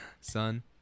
son